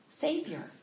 Savior